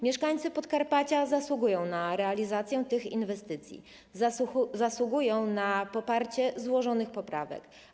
Mieszkańcy Podkarpacia zasługują na realizację tych inwestycji, zasługują na poparcie złożonych poprawek.